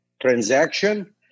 transaction